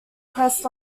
crest